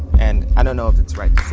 and i don't know if it's right